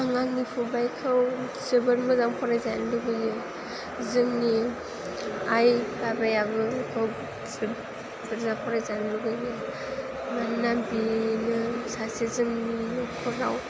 आं आंनि फंबाइखौ जोबोर मोजां फरायजानो लुगैयो जोंनि आइ बाबायाबो बेखौ बुरजा फरायजानो लुगैयो मानोना बेनो सासे जोंनि न'खराव